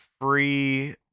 free